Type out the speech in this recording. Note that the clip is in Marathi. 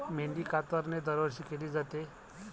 मेंढी कातरणे दरवर्षी केली जाते